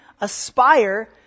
aspire